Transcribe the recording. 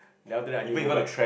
then after that I need go back